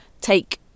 take